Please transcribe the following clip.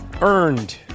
Earned